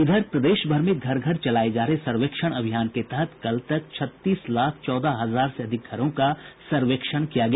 इधर प्रदेश भर में घर घर चलाये जा रहे सर्वेक्षण अभियान के तहत कल तक छत्तीस लाख चौदह हजार से अधिक घरों का सर्वेक्षण किया गया